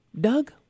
Doug